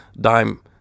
dime